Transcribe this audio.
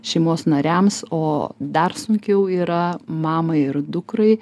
šeimos nariams o dar sunkiau yra mamai ir dukrai